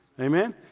Amen